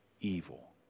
evil